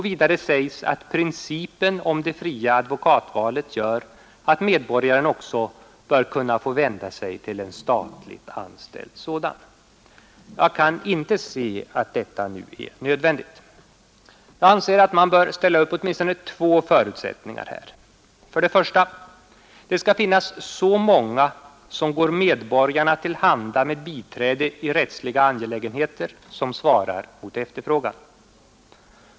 Vidare sägs att principen om det fria advokatvalet gör att medborgaren också bör kunna få vända sig till en statligt anställd advokat. Jag kan emellertid inte se att detta är nödvändigt. Jag anser att man bör ställa upp åtminstone två förutsättningar här. För det första skall det finnas så många som går medborgarna till handa med biträde i rättsliga angelägenheter som svarar mot efterfrågan.